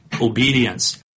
obedience